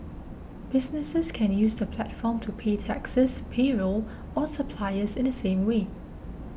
businesses can use the platform to pay taxes payroll or suppliers in the same way